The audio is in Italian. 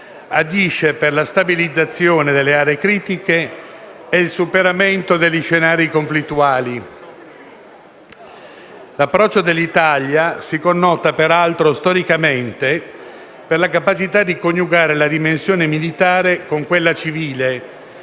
agisce per la stabilizzazione delle aree critiche e il superamento degli scenari conflittuali. L'approccio dell'Italia si connota, peraltro, storicamente per la capacità di coniugare la dimensione militare con quella civile,